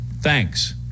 thanks